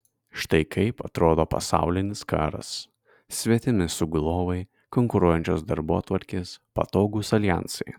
štai kaip atrodo pasaulinis karas svetimi sugulovai konkuruojančios darbotvarkės patogūs aljansai